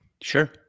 Sure